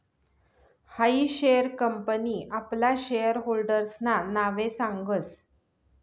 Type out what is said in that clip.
हायी share company आपला share होल्डर्सना नावे सांगस